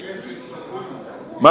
אלה שצוברים, עדיין.